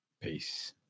Peace